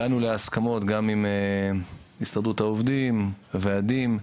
הגענו להסכמות גם עם הסתדרות העובדים, ועדים,